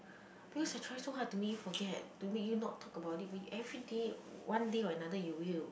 because I try so hard to make you forget to make you not talk about it but you everyday one day or another you will